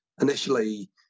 initially